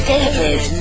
David